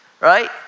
right